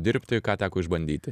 dirbti ką teko išbandyti